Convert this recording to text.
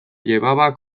llevaba